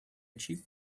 cheap